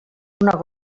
una